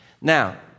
Now